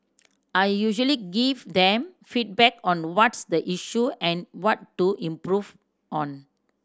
I usually give them feedback on what's the issue and what to improve on